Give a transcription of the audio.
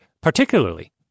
particularly